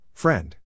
Friend